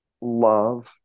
love